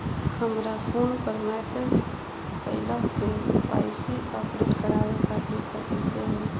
हमरा फोन पर मैसेज आइलह के.वाइ.सी अपडेट करवावे खातिर त कइसे होई?